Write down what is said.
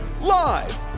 Live